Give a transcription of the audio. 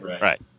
right